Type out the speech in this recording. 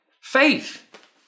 Faith